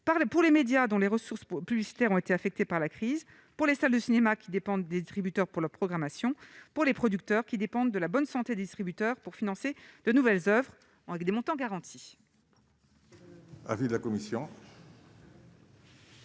pour les médias, dont les ressources pour publicitaires ont été affectées par la crise pour les salles de cinéma qui dépendent des distributeurs pour la programmation pour les producteurs, qui dépendent de la bonne santé distributeurs pour financer de nouvelles Oeuvres en avec des montants garantis.